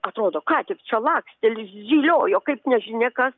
atrodo ką tik čia lakstė ziliojo kaip nežinia kas